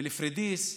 בפוריידיס,